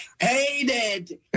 hated